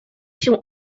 się